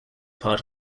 part